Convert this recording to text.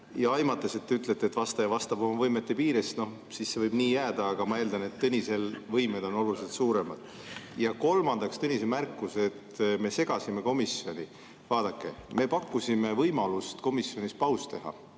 Ja aimates, et te ütlete, et vastaja vastab oma võimete piires, siis see võib nii jääda, aga ma eeldan, et Tõnisel võimed on oluliselt suuremad. Ja kolmandaks Tõnise märkus, et me segasime komisjoni tööd. Vaadake, me pakkusime võimalust komisjonis paus teha